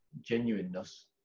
genuineness